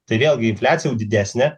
tai vėlgi infliacija jau didesnė